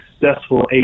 successful